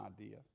idea